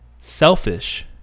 selfish